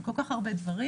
עם כל כך הרבה דברים,